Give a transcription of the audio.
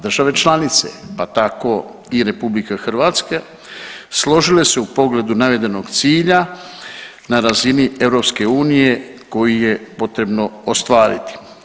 Države članice, pa tako i RH složile se u pogledu navedenog cilja na razini EU koji je potrebno ostvariti.